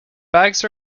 bags